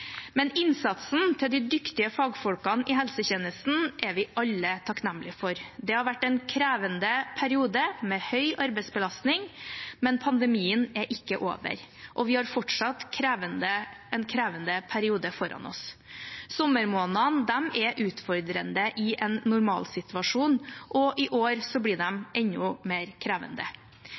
men innsatsen til de dyktige fagfolkene i helsetjenesten er vi alle takknemlige for. Det har vært en krevende periode med høy arbeidsbelastning, men pandemien er ikke over, og vi har fortsatt en krevende periode foran oss. Sommermånedene er utfordrende i en normalsituasjon, og i år blir de enda mer krevende.